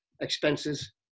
expenses